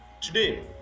today